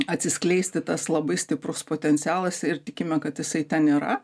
atsiskleisti tas labai stiprus potencialas ir tikime kad jisai ten yra